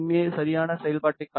சரியான செயல்பாட்டைக் காட்டுகிறது